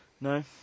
No